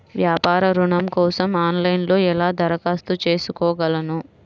వ్యాపార ఋణం కోసం ఆన్లైన్లో ఎలా దరఖాస్తు చేసుకోగలను?